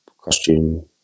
costume